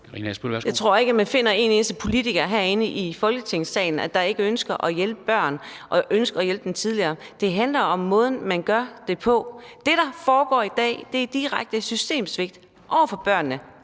Jeg tror ikke, man finder en eneste politiker herinde i Folketingssalen, der ikke ønsker at hjælpe børn og hjælpe dem tidligere. Det handler om måden, man gør det på. Det, der foregår i dag, er direkte systemsvigt over for børnene